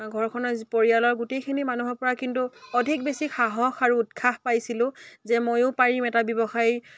ঘৰখনৰ পৰিয়ালৰ গোটেইখিনি মানুহৰ পৰা কিন্তু অধিক বেছি সাহস আৰু উৎসাহ পাইছিলোঁ যে ময়ো পাৰিম এটা ব্যৱসায়